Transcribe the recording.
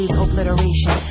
obliteration